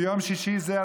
ביום שישי זה,